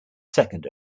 second